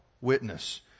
witness